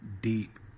Deep